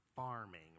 Farming